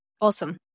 Awesome